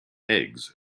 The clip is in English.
eggs